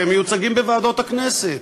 והם מיוצגים בוועדות הכנסת.